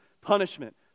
punishment